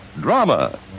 Drama